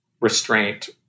restraint